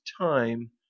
time